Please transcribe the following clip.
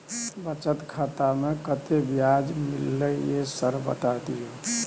बचत खाता में कत्ते ब्याज मिलले ये सर बता दियो?